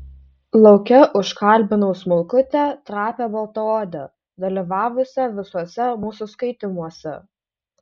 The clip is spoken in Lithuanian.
lauke užkalbinau smulkutę trapią baltaodę dalyvavusią visuose mūsų skaitymuose